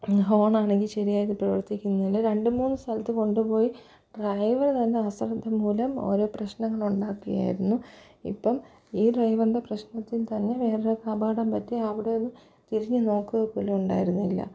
ഹോണാണെങ്കിൽ ശരിയായിട്ട് പ്രവർത്തിക്കുന്നില്ല രണ്ടു മൂന്നു സ്ഥലത്തു കൊണ്ടുപോയി ഡ്രൈവർ തന്നെ അശ്രദ്ധ മൂലം ഓരോ പ്രശ്നങ്ങളുണ്ടാക്കയായിരുന്നു ഇപ്പം ഈ ഡ്രൈവറിന്റെ പ്രശ്നത്തിൽത്തന്നെ വേറൊരാൾക്കപകടം പറ്റി അവിടെയൊന്നു തിരിഞ്ഞു നോക്കുക പോലും ഉണ്ടായിരുന്നില്ല